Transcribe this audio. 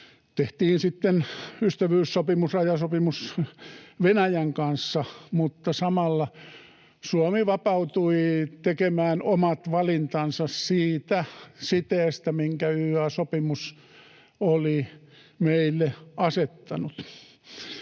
tehtiin sitten ystävyyssopimus, rajasopimus, Venäjän kanssa — vapautui tekemään omat valintansa siitä siteestä, minkä YYA-sopimus oli meille asettanut.